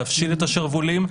להפשיל את השרוולים,